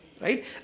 Right